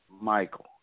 Michael